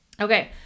Okay